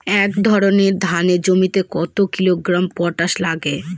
এক একর ধানের জমিতে কত কিলোগ্রাম পটাশ লাগে?